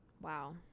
Wow